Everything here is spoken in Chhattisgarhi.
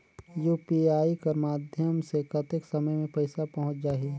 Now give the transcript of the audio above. यू.पी.आई कर माध्यम से कतेक समय मे पइसा पहुंच जाहि?